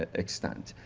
ah extent.